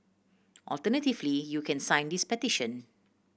alternatively you can sign this petition